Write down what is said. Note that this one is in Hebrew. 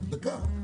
אם